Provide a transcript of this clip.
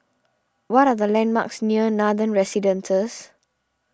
what are the landmarks near Nathan Residences